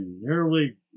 nearly